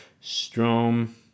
Strom